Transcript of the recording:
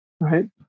right